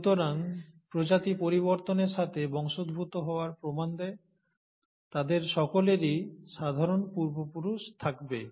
সুতরাং প্রজাতি পরিবর্তনের সাথে বংশোদ্ভূত হওয়ার প্রমাণ দেয় তাদের সকলেরই সাধারণ পূর্বপুরুষ থাকবে